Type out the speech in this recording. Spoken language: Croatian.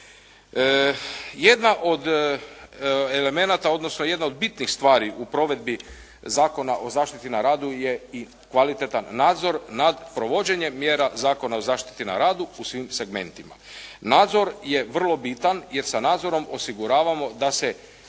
Jedna od elemenata, odnosno jedna od bitnih stvari u provedbi Zakona o zaštiti na radu je i kvalitetan nadzor nad provođenjem mjera Zakona o zaštiti na radu u svim segmentima. Nadzor je vrlo bitan jer sa nadzorom osiguravamo da se